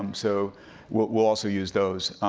um so we'll also use those,